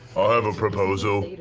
i have a proposal.